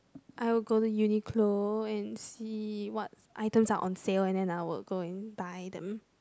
I will go to Uniqlo and see what item are on sales and I will go and buy them